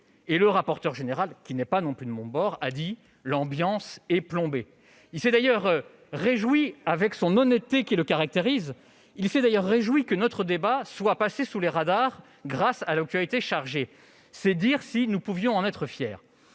Le rapporteur général, qui n'est pas non plus de mon bord, a dit, lui, que l'ambiance était plombée. Il s'est d'ailleurs réjoui, avec l'honnêteté qui le caractérise, que notre débat soit passé sous les radars grâce à l'actualité chargée. C'est dire si nous pouvions en être fiers